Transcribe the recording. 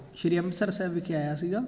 ਸ਼੍ਰੀ ਅੰਮ੍ਰਿਤਸਰ ਸਾਹਿਬ ਵਿਖੇ ਆਇਆ ਸੀਗਾ